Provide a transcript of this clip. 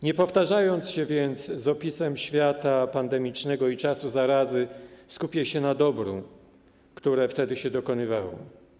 Nie powtarzając się więc z opisem świata pandemicznego i czasu zarazy, skupię się na dobru, które wtedy się dokonywało.